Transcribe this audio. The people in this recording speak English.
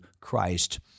Christ